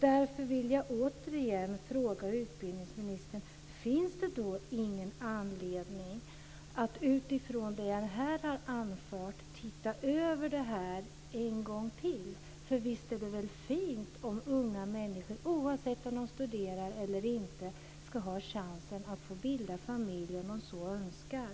Därför vill jag återigen fråga utbildningsministern om det inte finns någon anledning att, utifrån det jag anfört, se över detta en gång till. Visst är det fint om unga människor, oavsett om de studerar, har chansen att bilda familj om de så önskar.